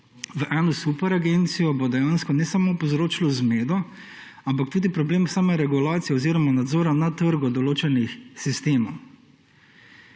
v eno superagencijo bo dejansko ne samo povzročilo zmedo, ampak tudi problem same regulacije oziroma nadzora na trgu določenih sistemov.